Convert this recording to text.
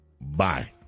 Bye